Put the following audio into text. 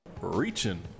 reaching